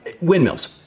Windmills